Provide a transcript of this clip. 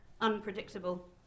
unpredictable